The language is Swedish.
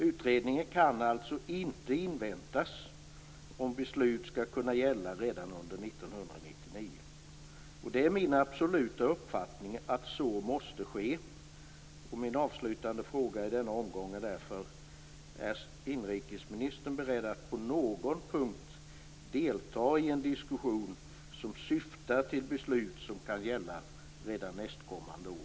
Utredningen kan alltså inte inväntas om beslut skall kunna gälla redan under 1999. Det är min absoluta uppfattning att så måste ske. Min avslutande fråga i denna omgång är därför: Är inrikesministern beredd att på någon punkt delta i en diskussion som syftar till beslut som kan gälla redan nästkommande år?